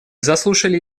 заслушали